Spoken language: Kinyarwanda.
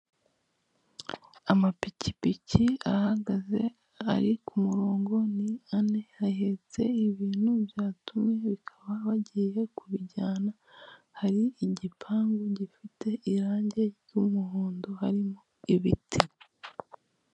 Amapikipiki ahagaze ari ku murongo ni ane ahetse ibintu byatumwe bakaba bagiye kubijyana hari igipangu gifite irangi ry'umuhondo harimo ibiti.